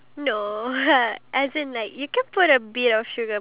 oh gosh the shredder thing right